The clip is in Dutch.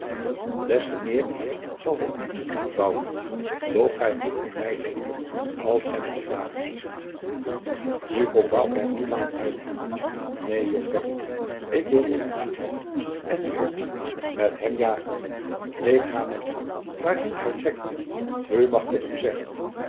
des te meer eer zal hij u doen bouke doch gij moet om mij denken als gij met hem jaagt nu kon bouke het niet langer uithouden neen jonker riep hij ik wil den hond niet hebben en ik wil niet met hem jagen ik ga met u waarjacob van lennep de pleegzoon heen gij trekt nu mag ik het u zeggen